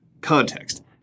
context